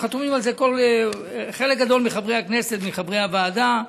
חתומים על זה חלק גדול מחברי הכנסת, מחברי הוועדה.